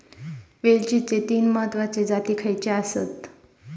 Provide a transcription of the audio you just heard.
वेलचीचे तीन महत्वाचे जाती खयचे आसत?